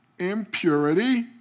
impurity